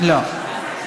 לא.